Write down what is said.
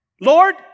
Lord